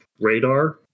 radar